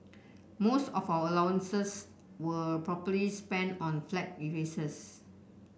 most of our allowances were probably spent on flag erasers